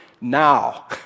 now